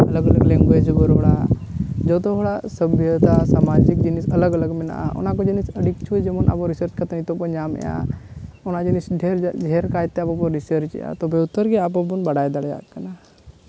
ᱡᱚᱛᱚᱦᱚᱲᱟᱜ ᱥᱟᱢᱟᱡᱤᱠ ᱡᱤᱱᱤᱥ ᱟᱞᱟᱜᱽ ᱟᱞᱟᱜᱽ ᱢᱮᱱᱟᱜᱼᱟ ᱚᱱᱟ ᱠᱚ ᱡᱤᱱᱤᱥ ᱟᱹᱰᱤ ᱠᱤᱪᱷᱩ ᱡᱮᱢᱚᱱ ᱨᱤᱥᱟᱨᱪ ᱠᱟᱛᱮ ᱟᱵᱚ ᱵᱚᱱ ᱧᱟᱢᱮᱫᱼᱟ ᱚᱱᱟ ᱡᱤᱱᱤᱥ ᱰᱷᱮᱹᱨ ᱠᱟᱭᱛᱮ ᱟᱵᱚ ᱵᱚᱱ ᱨᱤᱥᱟᱨᱪᱮᱜᱼᱟ ᱛᱚᱵᱮ ᱩᱛᱟᱹᱨ ᱜᱮ ᱟᱵᱚ ᱵᱚᱱ ᱵᱟᱲᱟᱭ ᱫᱟᱲᱮᱭᱟᱜ ᱠᱟᱱᱟ